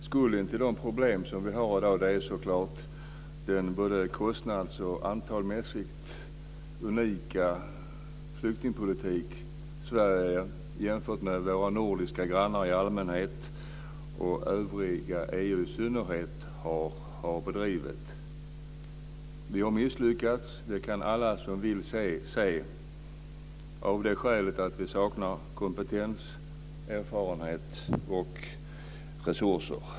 Skulden till de problem vi har i dag är naturligtvis den både kostnads och antalsmässigt unika flyktingpolitik Sverige, i jämförelse med våra nordiska grannar i allmänhet och övriga EU i synnerhet, har bedrivit. Vi har misslyckats, det kan alla som vill se, av det skälet att vi saknar kompetens, erfarenhet och resurser.